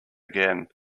again